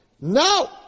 No